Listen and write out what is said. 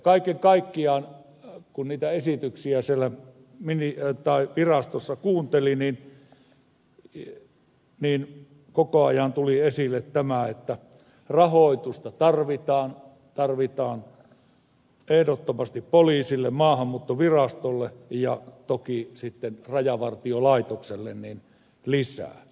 kaiken kaikkiaan kun niitä esityksiä siellä virastossa kuunteli niin koko ajan tuli esille tämä että rahoitusta tarvitaan lisää tarvitaan ehdottomasti poliisille maahanmuuttovirastolle ja toki sitten rajavartiolaitokselle